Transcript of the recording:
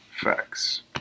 Facts